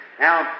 Now